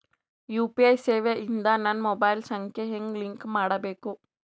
UPI ಸೇವೆ ಇಂದ ನನ್ನ ಮೊಬೈಲ್ ಸಂಖ್ಯೆ ಹೆಂಗ್ ಲಿಂಕ್ ಮಾಡಬೇಕು?